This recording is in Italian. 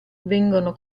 vengono